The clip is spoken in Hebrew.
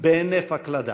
בהינף הקלדה.